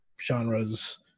genres